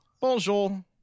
bonjour